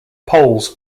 poles